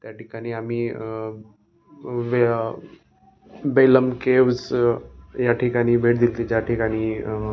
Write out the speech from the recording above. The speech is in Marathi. त्या ठिकाणी आम्ही वे बैलम केव्ज या ठिकाणी भेट दिली ज्या ठिकाणी